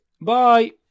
bye